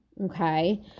Okay